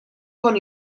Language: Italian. con